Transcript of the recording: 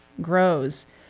grows